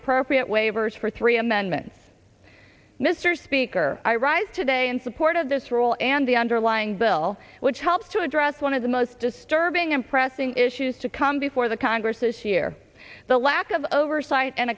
appropriate waivers for three amendments mr speaker i rise today in support of this rule and the underlying bill which helps to address one of the most disturbing and pressing issues to come before the congress this year the lack of oversight and